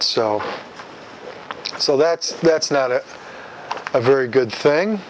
so so that's that's not it a very good thing